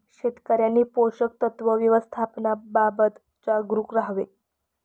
शेतकऱ्यांनी पोषक तत्व व्यवस्थापनाबाबत जागरूक राहावे